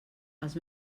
els